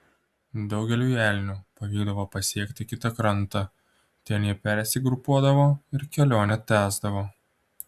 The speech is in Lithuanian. daugeliui elnių pavykdavo pasiekti kitą krantą ten jie persigrupuodavo ir kelionę tęsdavo